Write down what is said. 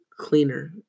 Cleaner